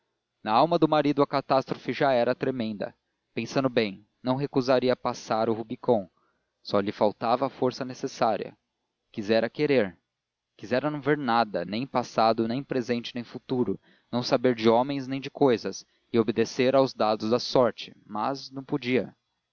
na alma do marido a catástrofe era já tremenda pensando bem não recusaria passar o rubicon só lhe faltava a força necessária quisera querer quisera não ver nada nem passado nem presente nem futuro não saber de homens nem de cousas e obedecer aos dados da sorte mas não podia